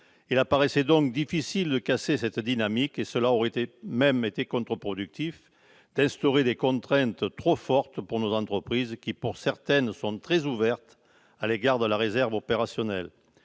Il paraissait donc difficile de casser cette dynamique. Il aurait même été contre-productif d'instaurer des contraintes trop fortes pour nos entreprises, dont certaines sont très ouvertes à l'égard de la réserve opérationnelle.